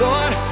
Lord